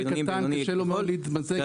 בינוני עם בינוני יכול,